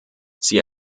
sie